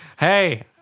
Hey